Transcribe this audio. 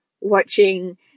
watching